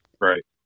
right